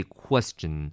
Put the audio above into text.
question